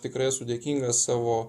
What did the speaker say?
tikrai esu dėkinga savo